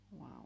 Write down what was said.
Wow